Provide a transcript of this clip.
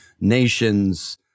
nations